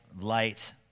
light